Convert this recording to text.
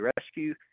rescue